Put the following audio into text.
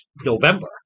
November